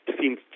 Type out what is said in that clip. seems